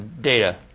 data